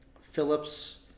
Phillips